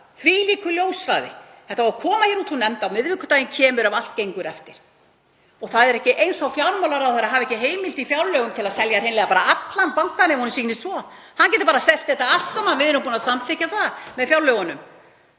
þvílíkur ljóshraði. Málið á að koma úr nefnd á miðvikudaginn kemur ef allt gengur eftir. Það er ekki eins og fjármálaráðherra hafi ekki heimild í fjárlögum til að selja hreinlega allan bankann ef honum sýnist svo. Hann getur bara selt þetta allt saman. Við erum búin að samþykkja það með fjárlögunum.